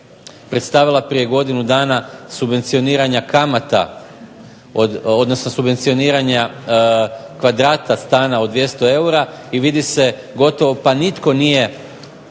postavila prije godinu dana subvencioniranja kamata, odnosno subvencioniranja kvadrata stana od 200 eura, i vidi se gotovo pa nitko nije